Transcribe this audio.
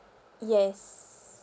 yes